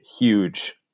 huge